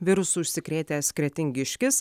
virusu užsikrėtęs kretingiškis